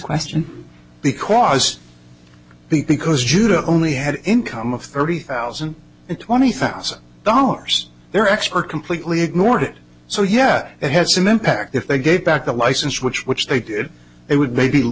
question because because judah only had income of thirty thousand and twenty thousand dollars their expert completely ignored it so yeah it has an impact if they gave back a license which which they did it would maybe